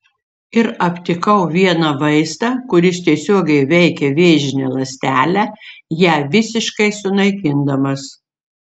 ir aptikau vieną vaistą kuris tiesiogiai veikia vėžinę ląstelę ją visiškai sunaikindamas